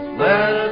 let